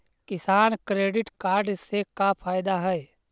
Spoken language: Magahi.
किसान क्रेडिट कार्ड से का फायदा है?